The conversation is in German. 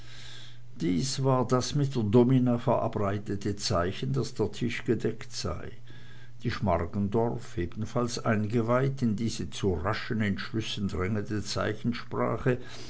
dies war das mit der domina verabredete zeichen daß der tisch gedeckt sei die schmargendorf ebenfalls eingeweiht in diese zu raschen entschlüssen drängende zeichensprache